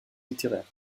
littéraire